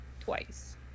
twice